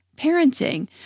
parenting